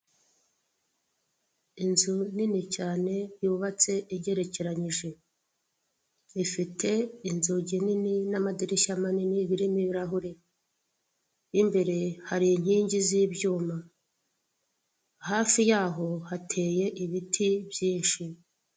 Inzu nini cyane yubatse igerekeranije ifite inzugi nini n'amadirishya manini birimo ibirahure imbere hari inkingi z'ibyuma hafi yaho hateye ibiti byinshi.